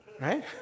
Right